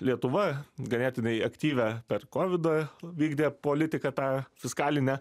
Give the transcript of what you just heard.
lietuva ganėtinai aktyvią per kovidą vykdė politiką tą fiskalinę